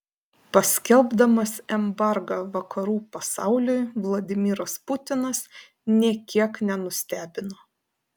paskelbdamas embargą vakarų pasauliui vladimiras putinas nė kiek nenustebino